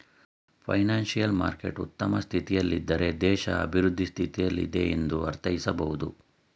financial market ಉತ್ತಮ ಸ್ಥಿತಿಯಲ್ಲಿದ್ದಾರೆ ದೇಶ ಅಭಿವೃದ್ಧಿ ಸ್ಥಿತಿಯಲ್ಲಿದೆ ಎಂದು ಅರ್ಥೈಸಬಹುದು